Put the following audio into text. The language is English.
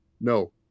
no